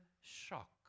shock